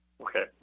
Okay